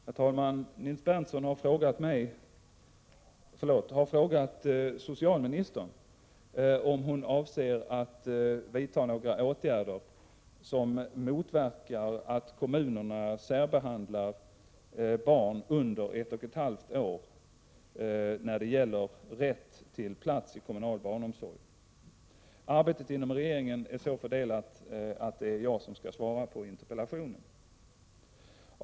Herr talman! Nils Berndtson har frågat socialministern om hon avser att vidta några åtgärder som motverkar att kommunerna särbehandlar barn under ett och ett halvt års ålder när det gäller rätt till plats i kommunal barnomsorg. Arbetet inom regeringen är så fördelat att det är jag som skall svara på interpellationen.